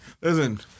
listen